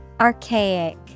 Archaic